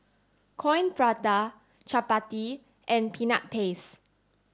Coin Prata Chappati and peanut paste